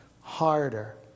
harder